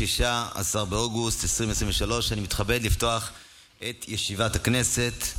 16 באוגוסט 2023. אני מתכבד לפתוח את ישיבת הכנסת.